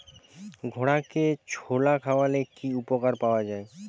ঘোড়াকে ছোলা খাওয়ালে কি উপকার পাওয়া যায়?